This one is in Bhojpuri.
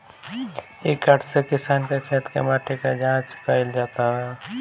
इ कार्ड से किसान के खेत के माटी के जाँच कईल जात हवे